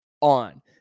on